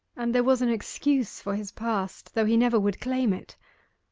and there was an excuse for his past, though he never would claim it.